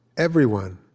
everyone,